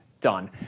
Done